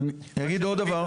אני אגיד עוד דבר,